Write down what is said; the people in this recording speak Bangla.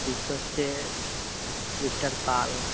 বিজ্ঞ হচ্ছে মিস্টার পাল